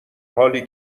حالی